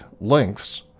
lengths